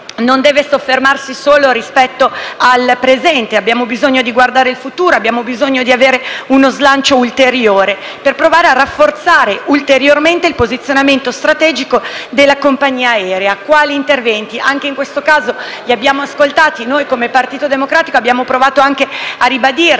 non deve soffermarsi solo sul presente. Abbiamo bisogno di guardare al futuro, abbiamo bisogno di avere uno slancio ulteriore per provare a rafforzare ulteriormente il posizionamento strategico della compagnia aerea. Quali interventi sono necessari? Anche in questo caso li abbiamo ascoltati e noi, come Partito Democratico, abbiamo provato anche a ribadirli: